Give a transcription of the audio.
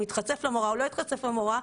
אם הוא התחצף למורה או לא התחצף למורה,